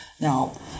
Now